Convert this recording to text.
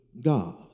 God